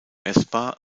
essbar